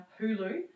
Hulu